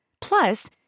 Plus